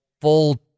full